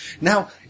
Now